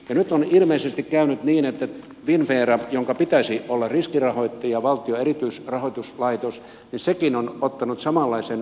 nyt on ilmeisesti käynyt niin että finnvera jonka pitäisi olla riskirahoittaja valtion erityisrahoituslaitos on sekin ottanut samanlaisen roolin kuin pankit